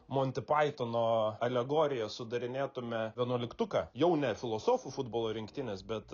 monte paitono alegorija sudarinėtume vienuoliktuką jau ne filosofų futbolo rinktinės bet